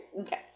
okay